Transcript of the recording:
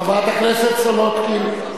חברת הכנסת סולודקין.